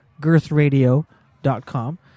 girthradio.com